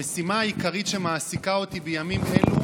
המשימה העיקרית שמעסיקה אותי בימים אלו